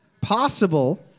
possible